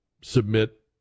submit